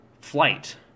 flight